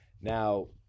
now